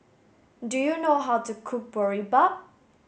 do you know how to cook Boribap